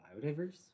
biodiverse